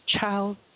child